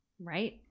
Right